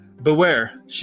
Beware